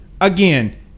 again